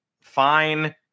Fine